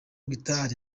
guitar